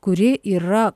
kuri yra